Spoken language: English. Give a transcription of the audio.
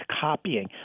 copying